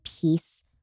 peace